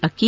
ಅಕ್ಕಿ